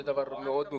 זה דבר מבורך.